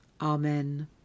Amen